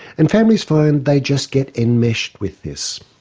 and families find they just get enmeshed with this.